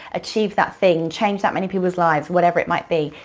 achieve that thing, change that many people's lives, whatever it might be.